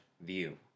view